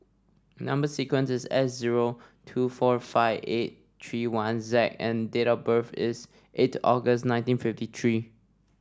number sequence is S zero two four five eight three one Z and date of birth is eight August nineteen fifty three